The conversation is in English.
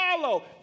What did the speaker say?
follow